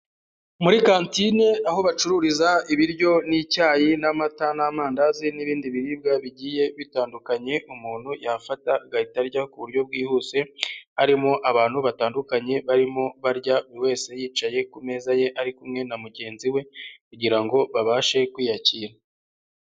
Muri kantine aho bacururiza ibiryo n'icyayi n'amata n'amandazi n'ibindi biribwa bigiye bitandukanye umuntu yafata agahita arya ku buryo bwihuse, harimo abantu batandukanye barimo barya buri wese yicaye ku meza ye ari kumwe na mugenzi we kugira ngo babashe kwiyakira.